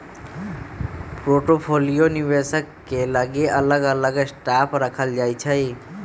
portfolio निवेशक के लगे अलग अलग स्टॉक राखल रहै छइ